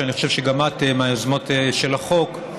שאני חושב שגם את מהיוזמות של החוק,